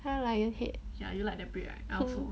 还有 lion head um